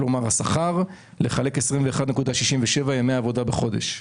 שזה שכר חלקי 21.67 ימי עבודה בחודש.